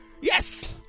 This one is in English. Yes